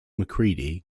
macready